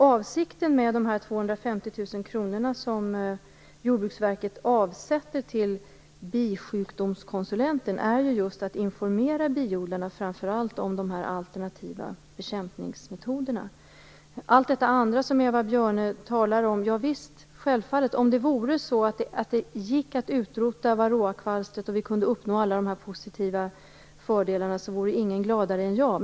Avsikten med de 250 000 kr som Jordbruksverket avsätter till en bisjukdomskonsulent är just att informera biodlarna, framför allt om de alternativa bekämpningsmetoderna. Beträffande allt det andra som Eva Björne talar om vill jag säga följande. Javisst, om det var möjligt att utrota varroakvalstret och om vi kunde uppnå allt det positiva, alla fördelar, som nämns vore ingen gladare än jag.